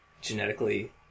genetically